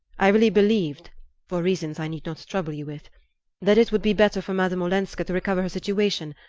i really believed for reasons i need not trouble you with that it would be better for madame olenska to recover her situation,